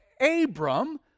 Abram